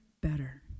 better